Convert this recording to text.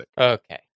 Okay